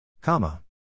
comma